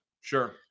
Sure